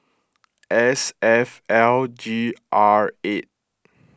S F L G R eight